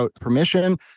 permission